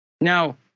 Now